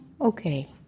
okay